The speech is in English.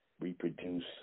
reproduce